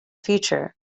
future